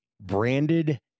branded